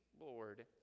Lord